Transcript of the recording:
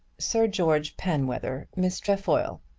sir george penwether miss trefoil.